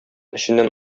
эченнән